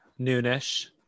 Noonish